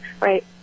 right